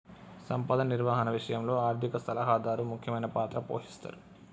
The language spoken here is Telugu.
సంపద నిర్వహణ విషయంలో ఆర్థిక సలహాదారు ముఖ్యమైన పాత్ర పోషిస్తరు